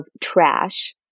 trash